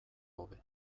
hobe